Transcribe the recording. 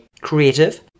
creative